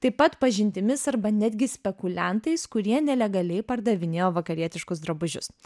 taip pat pažintimis arba netgi spekuliantais kurie nelegaliai pardavinėjo vakarietiškus drabužius